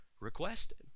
requested